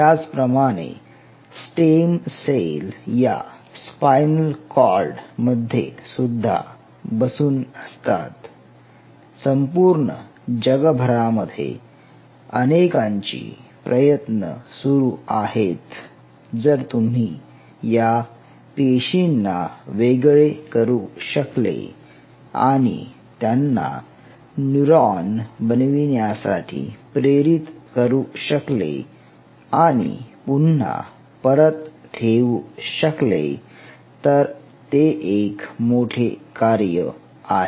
त्याचप्रमाणे stem cell या spinal cord मध्ये सुद्धा बसून असतात संपूर्ण जगभरामध्ये अनेकांची प्रयत्न सुरू आहेत जर तुम्ही या पेशींना वेगळे करू शकले आणि त्यांना न्यूरॉन बनविण्यासाठी प्रेरित करू शकले आणि पुन्हा परत ठेवू शकले तर ते एक मोठे कार्य आहे